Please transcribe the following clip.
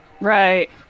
Right